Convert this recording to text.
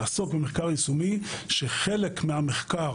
אפשר היה לראות את זה היטב לפני שבועיים,